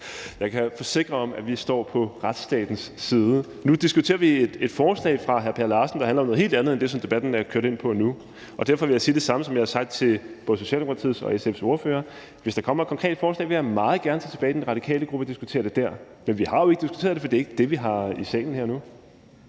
Jeg kan forsikre om, at vi står på retsstatens side. Nu diskuterer vi et forslag fra hr. Per Larsen, der handler om noget helt andet end det, som debatten er kørt ind på nu, og derfor vil jeg sige det samme, som jeg har sagt til både Socialdemokratiets og SF's ordfører: Hvis der kommer et konkret forslag, vil jeg meget gerne tage det med tilbage til den radikale gruppe og diskutere det dér. Men vi har jo ikke diskuteret det, for det er ikke det, vi har i salen her nu.